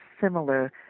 similar